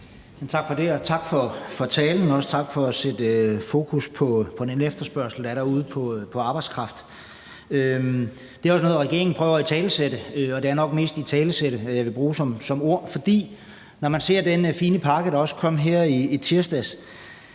Tak for det, tak for talen, og tak for at sætte fokus på den efterspørgsel, der er derude, på arbejdskraft. Det er også noget, regeringen prøver at italesætte, og det er nok mest »italesætte«, jeg vil bruge som ord. Når vi ser den fine pakke, der kom her i tirsdags,